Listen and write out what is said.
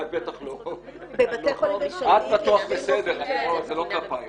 את בטוח בסדר, זה לא כלפייך.